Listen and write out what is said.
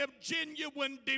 genuine